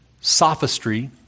sophistry